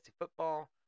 football